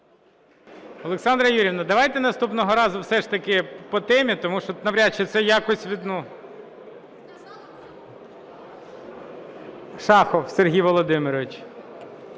Олександро Юріївно, давайте наступного разу все ж таки по темі, тому що навряд чи це якось… Шахов Сергій Володимирович.